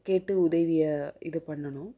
கேட்டு உதவியை இது பண்ணணும்